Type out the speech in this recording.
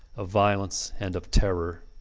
of violence, and of terror.